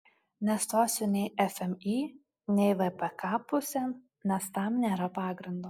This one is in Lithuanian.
nestosiu nei fmį nei vpk pusėn nes tam nėra pagrindo